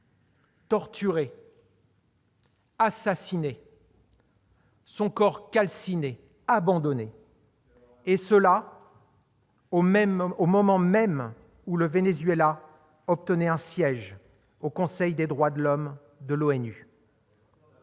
torturé, assassiné, son corps calciné abandonné. Quelle horreur ! Et cela au moment même où le Venezuela obtenait un siège au Conseil des droits de l'homme des